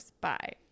Bye